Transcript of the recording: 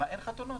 האם אין חתונות?